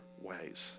ways